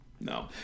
No